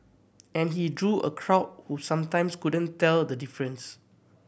and he drew a crowd who sometimes couldn't tell the difference